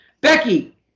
Becky